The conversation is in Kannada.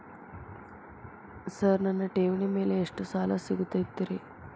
ಸರ್ ನನ್ನ ಠೇವಣಿ ಮೇಲೆ ಎಷ್ಟು ಸಾಲ ಸಿಗುತ್ತೆ ರೇ?